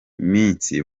minsi